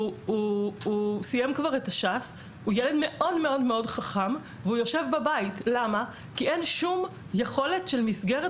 הוא ילד מאוד חכם והוא יושב בבית כי אין מסגרת